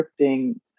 scripting